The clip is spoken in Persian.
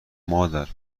مادر